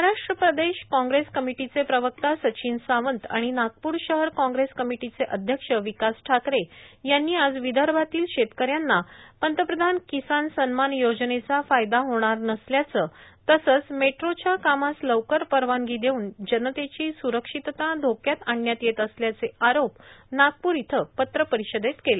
Maharashtra Pradesh Congress committee चे प्रवक्ता सचिन सावंत आणि नागप्र शहर कॉग्रेस कमेटीचे अध्यक्ष विकास ठाकरे यांनी आज विदर्भातील शेतकऱ्यांना प्रधानमंत्री किसान सन्मान योजने चा फायदा होणार नसल्याचं तसेच मेट्रो च्या कामास लवकर परवानगी देऊन जनतेची स्रक्षितता धोक्यात आणण्यात येत असल्याचे आरोप नागप्र इथं पत्र परिषदेत केले